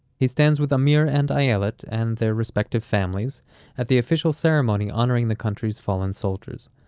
he stands with amir and ayelet and their respective families at the official ceremony honoring the country's fallen soldiers.